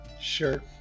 Sure